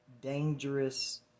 dangerous